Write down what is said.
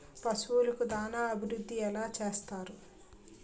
పశువులకు దాన అభివృద్ధి ఎలా చేస్తారు?